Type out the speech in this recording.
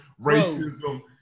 racism